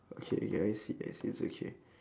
okay okay I see I see it's okay